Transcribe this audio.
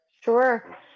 Sure